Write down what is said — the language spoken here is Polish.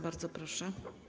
Bardzo proszę.